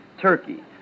turkey